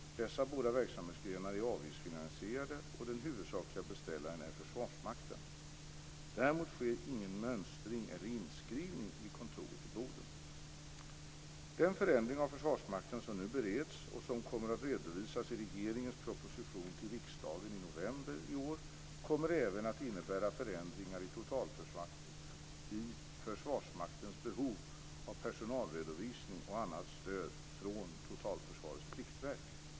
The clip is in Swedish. Dessa båda verksamhetsgrenar är avgiftsfinansierade, och den huvudsakliga beställaren är Försvarsmakten. Däremot sker ingen mönstring eller inskrivning vid kontoret i Den förändring av Försvarsmakten som nu bereds och som kommer att redovisas i regeringens proposition till riksdagen i november i år kommer även att innebära förändringar i Försvarsmaktens behov av personalredovisning och annat stöd från Totalförsvarets pliktverk.